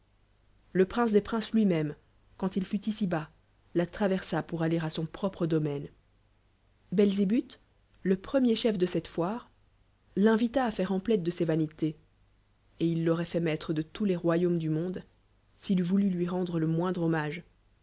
le prince des princes lui-même quand il fut ici-bas la traversa pour aller à son propre domaine belze'but le premier chef de cette foire l'invita à faire emplette de ces vanités et il l'auroit fait niaitre dc todslesloyaumes du monde s'il ellt vonla lui rendre le moindre hommage